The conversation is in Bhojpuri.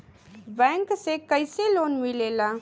बैंक से कइसे लोन मिलेला?